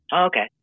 Okay